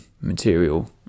material